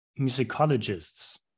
musicologists